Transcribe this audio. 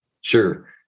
Sure